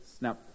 Now